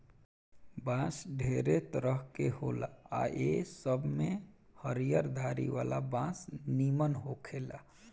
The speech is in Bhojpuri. बांस ढेरे तरह के होला आ ए सब में हरियर धारी वाला बांस निमन होखेला